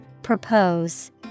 Propose